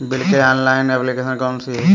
Bill के लिए online application कौन कौन सी हैं?